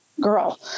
girl